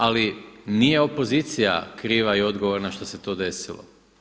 Ali nije opozicija kriva i odgovorna što se to desilo.